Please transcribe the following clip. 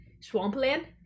swampland